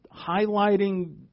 highlighting